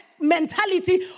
mentality